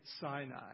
Sinai